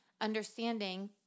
understanding